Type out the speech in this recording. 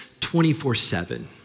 24-7